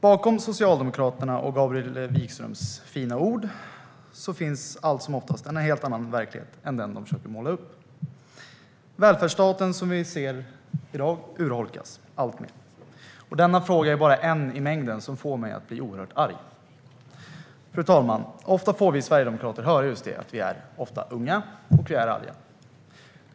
Bakom Socialdemokraternas och Gabriel Wikströms fina ord finns allt som oftast en helt annan verklighet än den de försöker måla upp. Dagens välfärdsstat urholkas alltmer. Detta är bara en av många frågor som får mig att bli oerhört arg. Vi sverigedemokrater får, fru talman, ofta höra just att vi är unga och arga.